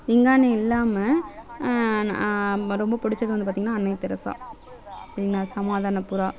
விஞ்ஞானி இல்லாமல் ரொம்ப பிடிச்சது வந்து பார்த்திங்கன்னா அன்னை தெரசா சரிங்களா சமாதான புறா